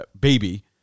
baby